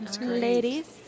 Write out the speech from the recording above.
Ladies